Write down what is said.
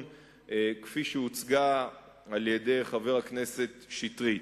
כפי שהוצגה על-ידי חבר הכנסת שטרית.